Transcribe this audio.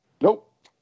Nope